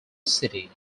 city